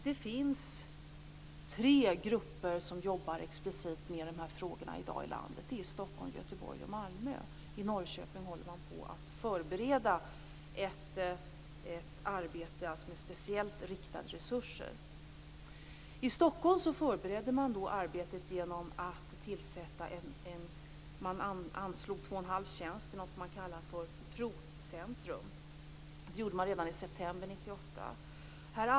Det finns i dag tre grupper som jobbar explicit med de här frågorna i landet. Det är i Stockholm, Göteborg och Malmö. I Norrköping håller man på att förbereda ett arbete med speciellt riktade resurser. I Stockholm förberedde man arbetet genom att anslå två och en halv tjänst i något man kallar provcentrum. Det gjorde man redan i september 1998.